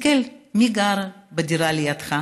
תסתכל מי גר בדירה לידך,